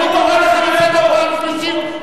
אני קורא אותך לסדר פעם שלישית.